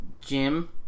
Jim